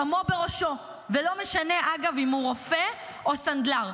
דמו בראשו, ולא משנה, אגב, אם הוא רופא או סנדלר.